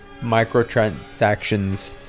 microtransactions